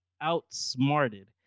outsmarted